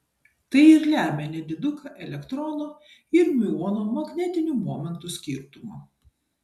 tai ir lemia nediduką elektrono ir miuono magnetinių momentų skirtumą